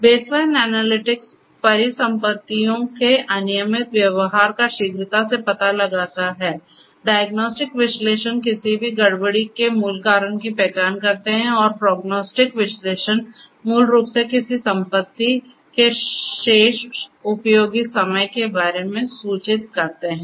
baseline analytics परिसंपत्तियों के अनियमित व्यवहार का शीघ्रता से पता लगाता हैडायग्नोस्टिक विश्लेषण किसी भी गड़बड़ी के मूल कारण की पहचान करते हैं और प्राेग्नोस्टिक विश्लेषण मूल रूप से किसी संपत्ति के शेष उपयोगी समय के बारे में सूचित करते हैं